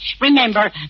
Remember